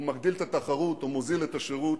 הוא מגדיל את התחרות, הוא מוזיל את השירות,